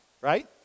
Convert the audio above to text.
right